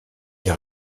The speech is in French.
les